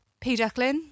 P-Ducklin